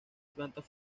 plantas